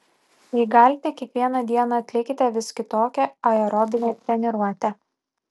jei galite kiekvieną dieną atlikite vis kitokią aerobinę treniruotę